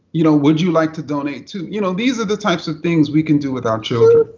you know would you like to donate, too? you know these are the types of things we can do with our children.